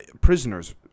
Prisoners